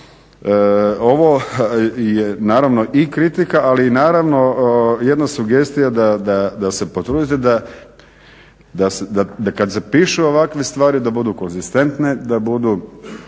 Ovo je naravno i kritika ali naravno jedna sugestija da se potrudite da kada se pišu ovakve stvari da budu konzistentne, da budu